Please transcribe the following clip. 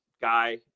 guy